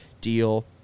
deal